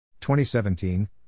2017